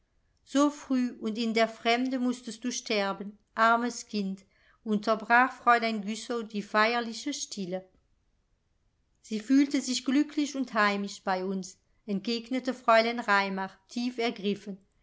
so früh und in der fremde mußtest du sterben armes kind unterbrach fräulein güssow die feierliche stille sie fühlte sich glücklich und heimisch bei uns entgegnete fräulein raimar tief ergriffen